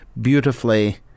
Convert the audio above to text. beautifully